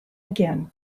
again